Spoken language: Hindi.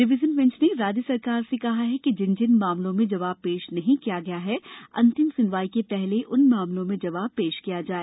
डिवीजन बैंच ने राज्य सरकार से कहा है कि जिन जिन मामलों में जवाब पेश नहीं किया गया है अंतिम सुनवाई के पहले उन मामलों में जवाब पेश किया जाए